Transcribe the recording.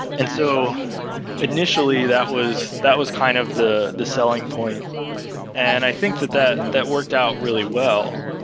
and so initially, that was that was kind of the the selling point and i think that that that worked out really well.